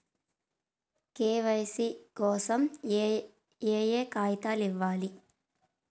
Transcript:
KYC కోసం ఏయే కాగితాలు ఇవ్వాలి?